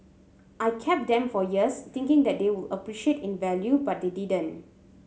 I kept them for years thinking that they would appreciate in value but they didn't